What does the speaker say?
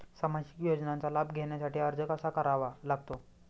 सामाजिक योजनांचा लाभ घेण्यासाठी अर्ज कसा करावा लागतो?